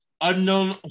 Unknown